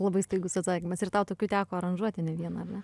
labai staigus atsakymas ir tau tokių teko aranžuoti ne vieną ar ne